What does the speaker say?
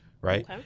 right